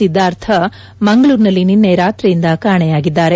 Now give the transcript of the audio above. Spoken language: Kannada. ಸಿದ್ದಾರ್ಥ ಮಂಗಳೂರಿನಲ್ಲಿ ನಿನ್ನೆ ರಾತ್ರಿಯಿಂದ ಕಾಣೆಯಾಗಿದ್ದಾರೆ